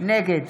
נגד